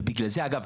ובגלל זה אגב,